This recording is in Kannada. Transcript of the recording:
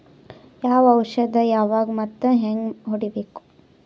ಯಾವ ಔಷದ ಯಾವಾಗ ಮತ್ ಹ್ಯಾಂಗ್ ಹೊಡಿಬೇಕು?